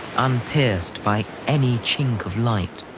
unpierced by any chink of light.